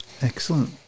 Excellent